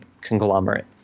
conglomerate